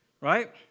right